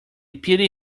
pity